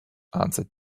answered